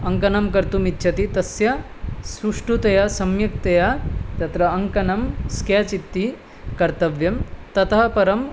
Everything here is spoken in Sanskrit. अङ्कनं कर्तुम् इच्छति तस्य सुष्ठुतया सम्यक्तया तत्र अङ्कनं स्केच् इति कर्तव्यं ततः परम्